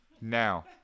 Now